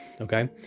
okay